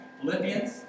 Philippians